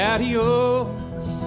Adios